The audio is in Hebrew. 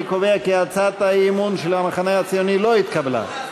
אני קובע כי הצעת האי-אמון של המחנה הציוני לא התקבלה.